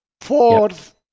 Fourth